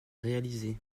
réalisée